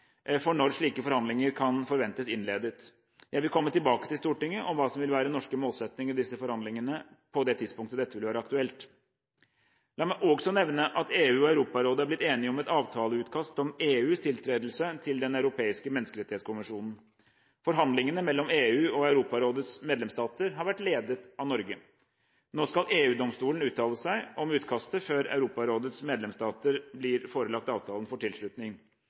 for når slike forhandlinger kan forventes innledet. Jeg vil komme tilbake til Stortinget om hva som vil være norske målsettinger i disse forhandlingene på det tidspunktet dette vil være aktuelt. La meg også nevne at EU og Europarådet er blitt enige om et avtaleutkast om EUs tiltredelse til Den europeiske menneskerettskonvensjon. Forhandlingene mellom EU og Europarådets medlemsstater har vært ledet av Norge. Nå skal EU-domstolen uttale seg om utkastet før Europarådets medlemsstater blir forelagt avtalen for tilslutning.